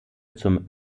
zum